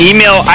Email